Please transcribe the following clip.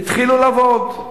התחילו לעבוד.